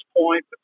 point